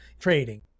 trading